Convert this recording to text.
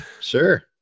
sure